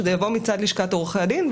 שזה יבוא מצד לשכת עורכי הדין,